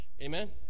Amen